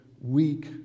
weak